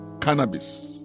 cannabis